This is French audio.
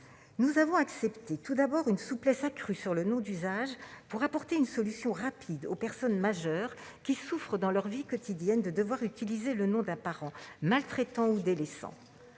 nous avons accepté une souplesse accrue quant au nom d'usage, pour apporter une solution rapide aux personnes majeures qui souffrent dans leur vie quotidienne de devoir utiliser le nom d'un parent maltraitant ou délaissant.